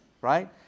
right